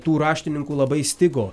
tų raštininkų labai stigo